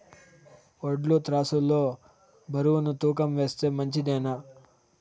వడ్లు త్రాసు లో బరువును తూకం వేస్తే మంచిదేనా?